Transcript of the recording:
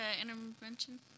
intervention